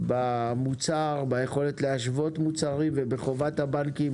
במוצר, ביכולת להשוות מוצרים ובחובת הבנקים